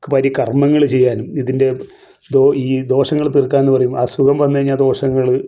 പരി കർമ്മങ്ങൾ ചെയ്യാനും ഇതിൻ്റെ ഈ ദോഷങ്ങൾ തീർക്കുകയെന്ന് പറയും അസുഖം വന്ന് കഴിഞ്ഞാൽ ദോഷങ്ങൾ